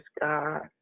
God